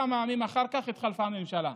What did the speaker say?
כמה ימים אחר כך התחלפה הממשלה,